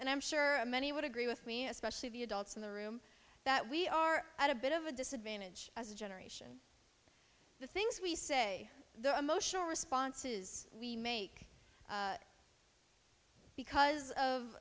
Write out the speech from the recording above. and i'm sure many would agree with me especially the adults in the room that we are at a bit of a disadvantage as a generation the things we say the emotional responses we make because of